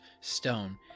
Stone